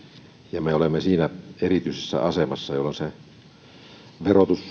ja me olemme siinä erityisessä asemassa jolloin verotus